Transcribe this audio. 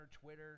Twitter